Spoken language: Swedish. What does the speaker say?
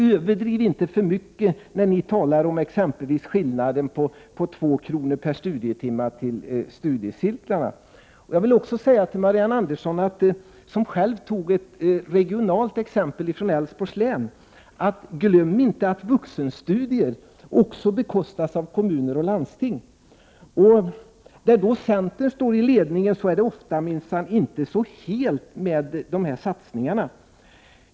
Överdriv dock inte för mycket när ni talar om exempelvis skillnaden på 2 kr. per studietimme till studiecirklarna. Marianne Andersson tog själv upp ett regionalt exempel från Älvsborgs län. Glöm inte att vuxenstudier bekostas också av kommuner och landsting! Där centern finns i ledningen är det ofta inte så helt med dessa satsningar.